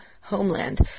homeland